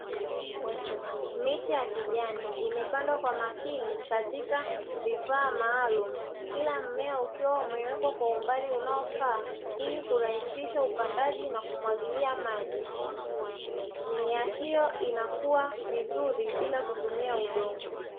Miche ya kijani, imepandwa kwa makini katika vifaa maalumu, kila mmea ukiwa umewekwa kwa umbali unaofaa, ili kurahisisha upandaji na kumwagilia maji. Mimea hiyo inakua vizuri bila kutumia udongo.